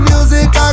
Music